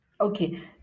Okay